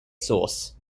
sauce